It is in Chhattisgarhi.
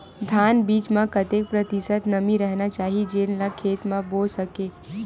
धान बीज म कतेक प्रतिशत नमी रहना चाही जेन ला खेत म बो सके?